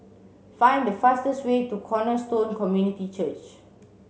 find the fastest way to Cornerstone Community Church